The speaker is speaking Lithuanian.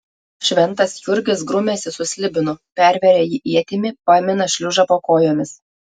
šventas jurgis grumiasi su slibinu perveria jį ietimi pamina šliužą po kojomis